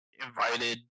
invited